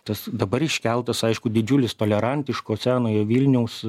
tas dabar iškeltas aišku didžiulis tolerantiško senojo vilniaus